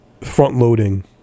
front-loading